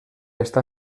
està